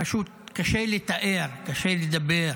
פשוט קשה לי לתאר, קשה לי לדבר.